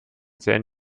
zählen